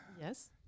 Yes